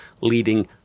leading